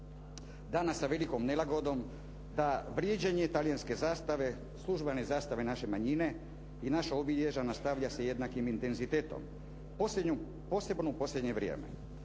danas sa velikom nelagodom da vrijeđanje talijanske zastave, službene zastave naše manjine i naša obilježja nastavlja se jednakim intenzitetom posebno u posljednje vrijeme.